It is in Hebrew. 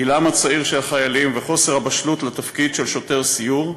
גילם הצעיר של החיילים וחוסר הבשלות לתפקיד של שוטר סיור,